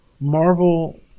Marvel